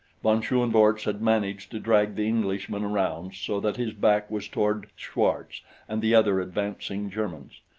von schoenvorts had managed to drag the englishman around so that his back was toward schwartz and the other advancing germans.